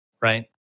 right